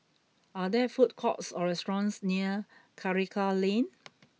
are there food courts or restaurants near Karikal Lane